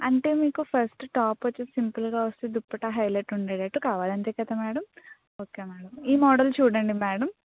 అంటే మీకు first top వచ్చేసి సింపుల్గా వస్తే దుప్పట్టా హైలెట్ ఉండేటట్లు కావాలి అంతే కదా మేడం ఓకే మేడం ఈ మోడల్ చూడండి మేడం